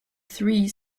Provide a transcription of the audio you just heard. three